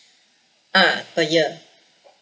ah per year